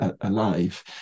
alive